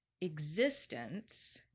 existence